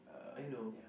I know